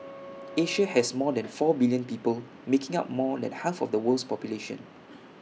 Asia has more than four billion people making up more than half of the world's population